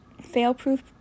fail-proof